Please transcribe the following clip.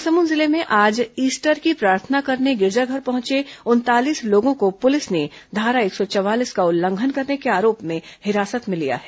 महासमुंद जिले में आज ईस्टर की प्रार्थना करने गिरिजाघर पहंचे उनतालीस लोगों को पुलिस ने धारा एक सौ चवालीस का उल्लंघन करने के आरोप में हिरासत में लिया है